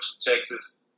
Texas